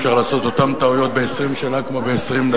אפשר לעשות אותן טעויות ב-20 שנה כמו ב-20 דקות.